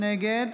נגד